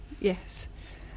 yes